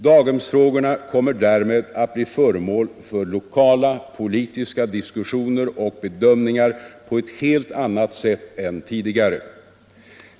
Daghemsfrågorna kommer därmed att bli föremål för lokala politiska diskussioner och bedömningar på ett helt annat sätt än tidigare.